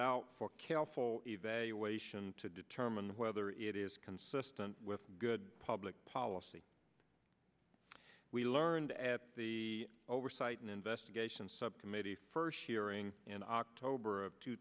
out for careful evaluation to determine whether it is consistent with good public policy we learned at the oversight and investigation subcommittee first hearing in october of two